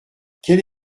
quelle